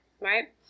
right